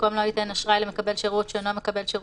במקום "לא ייתן אשראי למקבל שירות שאינו מקבל שירות